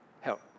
help